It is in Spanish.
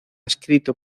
escrito